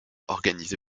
organisé